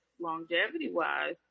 longevity-wise